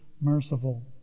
merciful